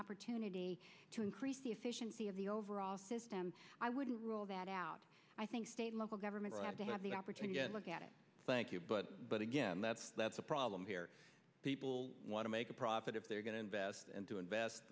opportunity to increase the efficiency of the overall system and i wouldn't rule that out i think state local government ought to have the opportunity to look at it thank you but but again that's that's the problem here people want to make a profit if they're going to invest and to invest